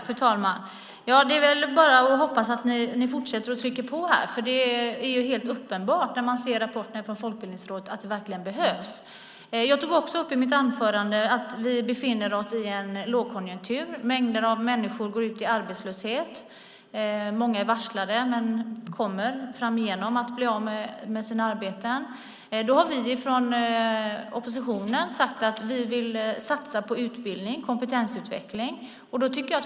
Fru talman! Det är väl bara att hoppas på att ni fortsätter att trycka på här. Det är helt uppenbart - det ser man i Folkbildningsrådets rapporter - att det verkligen behövs. I mitt anförande tog jag också upp det faktum att vi nu befinner oss i en lågkonjunktur. En mängd människor går ut i arbetslöshet, och många är än så länge varslade men kommer framgent att bli av med sitt arbete. Vi i oppositionen har sagt att vi vill satsa på utbildning, på kompetensutveckling.